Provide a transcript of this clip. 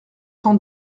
tant